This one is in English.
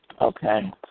Okay